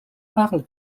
parle